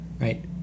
right